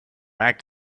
act